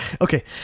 Okay